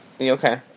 Okay